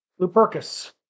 Lupercus